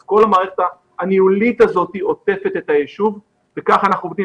אז כל המערכת הניהולית הזו עוטפת את היישוב וכך אנחנו עובדים.